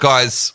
Guys